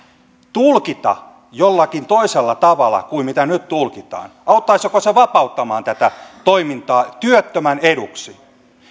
tulkita jollakin toisella tavalla kuin mitä nyt tulkitaan auttaisiko se vapauttamaan tätä toimintaa työttömän eduksi